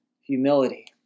humility